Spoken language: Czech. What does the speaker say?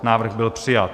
Návrh byl přijat.